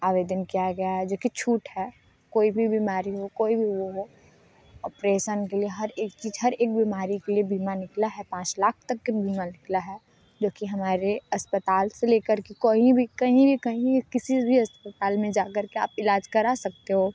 आवेदन किया गया है जो कि छूट है कोई भी बीमारी हो कोई भी वो हो ऑपरेसन के लिए हर एक चीज़ हर एक बीमारी के लिए बीमा निकला है पाँच लाख तक का बीमा निकला है जो कि हमारे अस्पताल से ले कर के कहीं भी कहीं किसी से भी अस्पताल में जा कर के आप इलाज कर सकते हो